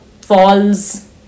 falls